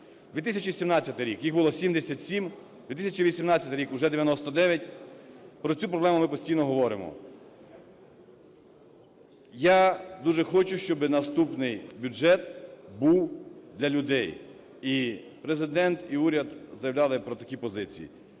2017 рік їх було 77, 2018 рік – уже 99, про цю проблему ми постійно говоримо. Я дуже хочу, щоби наступний бюджет був для людей і Президент, і уряд заявляли про такі позиції.